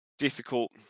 difficult